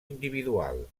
individual